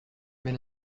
wenn